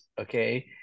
okay